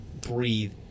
breathe